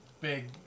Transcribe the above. big